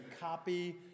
copy